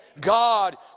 God